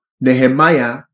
Nehemiah